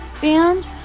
band